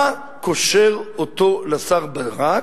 מה קושר אותו לשר ברק?